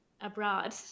abroad